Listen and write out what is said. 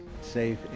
safe